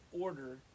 order